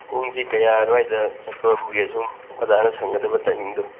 ꯄꯨꯡꯗꯤ ꯀꯌꯥ ꯑꯗꯨꯋꯥꯏꯗ ꯆꯠꯊꯣꯔꯛꯎꯒꯦ ꯁꯨꯝ ꯑꯣꯖꯥꯅ ꯁꯪꯒꯗꯕ ꯇꯥꯏꯃꯤꯡꯗꯣ